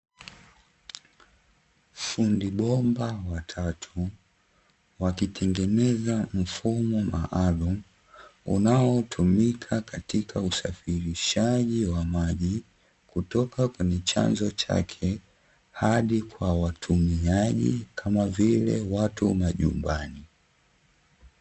Fundi bomba watatu wakitengeneza mfumo maalumu, unaotumika katika usafirishaji wa maji kutoka kwenye chanzo chake hadi kwa watumiaji, kama vile watu wa majumbani.